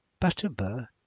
Butterbur